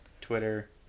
twitter